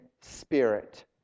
spirit